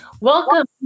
Welcome